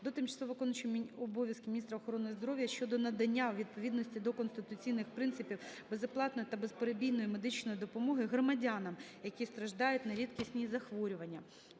до тимчасово виконуючої обов'язки міністра охорони здоров'я щодо надання, у відповідності до Конституційних принципів, безоплатної та безперебійної медичної допомоги громадянам, які страждають на рідкісні захворювання.